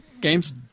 games